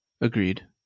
Agreed